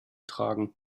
tragen